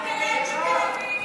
מי פתח את ה"לב" בתל אביב?